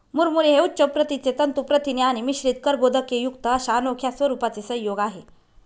मुरमुरे हे उच्च प्रतीचे तंतू प्रथिने आणि मिश्रित कर्बोदकेयुक्त अशा अनोख्या स्वरूपाचे संयोग आहे